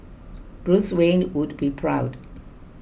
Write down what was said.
Bruce Wayne would be proud